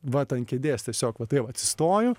vat ant kėdės tiesiog va taip atsistoju